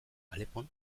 alepon